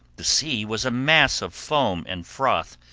the sea was a mass of foam and froth,